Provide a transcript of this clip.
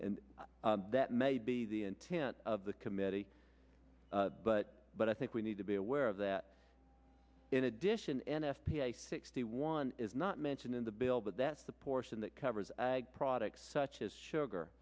and that may be the intent of the committee but but i think we need to be aware of that in addition n f p a sixty one is not mentioned in the bill but that's the portion that covers products such as sugar